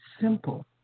simple